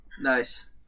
Nice